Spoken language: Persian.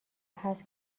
هست